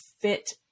fit